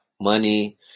money